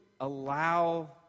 allow